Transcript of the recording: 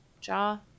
jaw